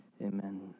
Amen